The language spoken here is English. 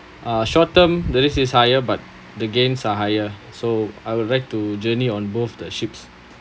uh short term the risk is higher but the gains are higher so I would like to journey on both the ships